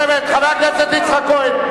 לשבת, חבר הכנסת יצחק כהן.